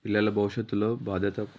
పిల్లల భవిష్యత్తులో బాధ్యత